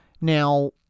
Now